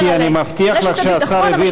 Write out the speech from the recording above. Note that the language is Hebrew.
גברתי, אני מבטיח לך שהשר הבין.